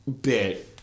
bit